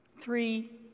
Three